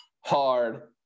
hard